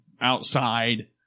outside